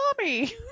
mommy